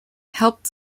helped